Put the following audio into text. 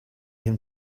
him